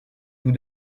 vous